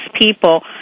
people